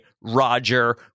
Roger